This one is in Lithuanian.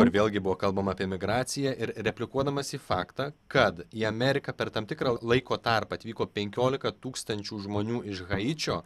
kur vėlgi buvo kalbama apie migraciją ir replikuodamas į faktą kad į ameriką per tam tikrą laiko tarpą atvyko penkiolika tūkstančių žmonių iš haičio